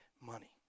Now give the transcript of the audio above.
money